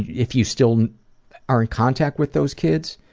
if you still are in contact with those kids,